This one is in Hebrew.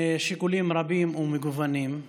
משיקולים רבים ומגוונים,